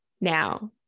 now